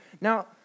Now